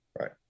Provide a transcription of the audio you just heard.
right